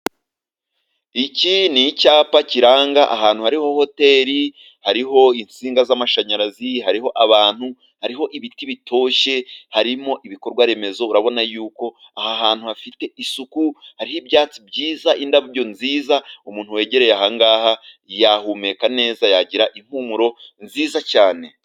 Iki ni icyapa kiranga ahantu hariho hoteri, hariho insinga z'amashanyarazi, hariho abantu, hariho ibiti bitoshye, harimo ibikorwa remezo. Urabona ko aha hantu hafite isuku hariho ibyatsi byiza, indabyo nziza, umuntu wegereye aha yahumeka neza, yagira impumuro nziza cyane.